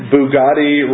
Bugatti